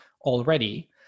already